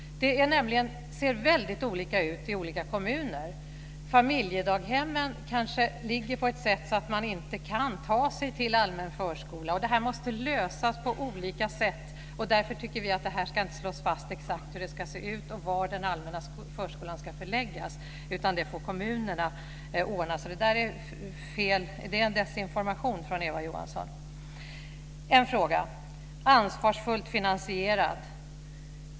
Det ser nämligen väldigt olika ut i olika kommuner. Familjedaghemmet kanske är beläget på ett sådant sätt att man inte kan ta sig till allmän förskola. Det här måste lösas på olika sätt. Därför tycker vi att det inte ska slås fast exakt hur det ska se ut och var den allmänna förskolan ska förläggas, utan det får kommunerna ordna. Det är en desinformation från Eva Johansson. Jag har en fråga som gäller ansvarsfull finansiering.